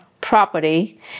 property